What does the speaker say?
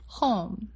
home